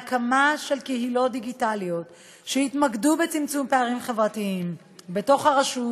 הקמה של קהילות דיגיטליות שיתמקדו בצמצום פערים חברתיים בתוך הרשות,